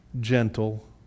gentle